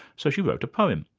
so she wrote a poem,